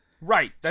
Right